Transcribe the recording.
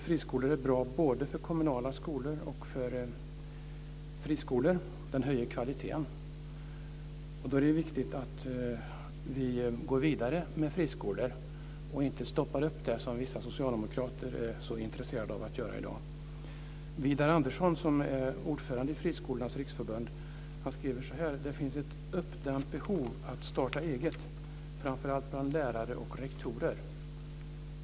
Friskolor är bra både för kommunala skolor och för friskolor, de höjer kvaliteten. Då är det viktigt att vi går vidare med friskolor och inte stoppar dem, som vissa socialdemokrater är så intresserade att göra i dag. Widar Andersson, som är ordförande i Friskolornas riksförbund, skriver att det finns ett uppdämt behov att starta eget framför allt bland lärare och rektorer.